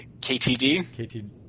KTD